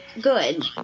good